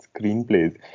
screenplays